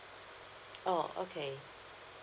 oh okay